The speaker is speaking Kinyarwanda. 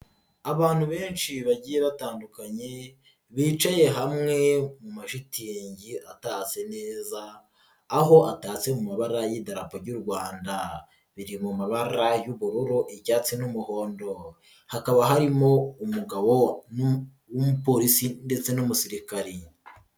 Abantu benshi bagiye batandukanye bicaye hamwe mu mashitingi atatse neza aho atatse mu mabara y'idarapo ry'u Rwanda biri mu mabara y'ubururu icyatsi n'umuhondo hakaba harimo umugabo w'umuporisi ndetse n'umusirikari.